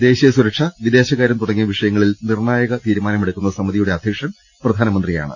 ദേശീയ സുരക്ഷ വിദേശകാര്യം തുടങ്ങിയ വിഷയങ്ങളിൽ നിർണായക തീരുമാന മെടുക്കുന്ന സമിതിയുടെ അധ്യക്ഷൻ പ്രധാനമന്ത്രിയാണ്